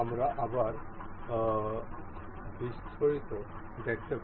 আমরা আবার বিস্তারিত দেখতে পারি